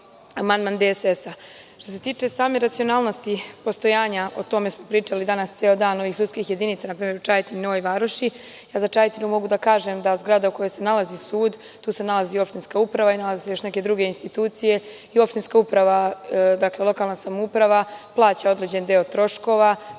amandman DSS.Što se tiče same racionalnosti postojanja, o tome smo pričali danas ceo dan, ovih sudskih jedinica npr. u Čajetini i Novoj Varoši. Za Čajetinu mogu da kažem da zgrada u kojoj se nalazi sud, tu se nalazi opštinska uprava i nalaze se još neke druge institucije. Opštinska uprava, dakle lokalna samouprava plaća određen deo troškova,